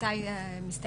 מתי מסתיימות ארבע השנים?